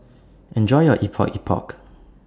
Enjoy your Epok Epok